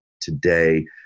today